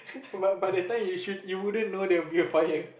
but but the time you should you wouldn't know there will be a fire